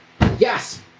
Yes